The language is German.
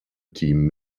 team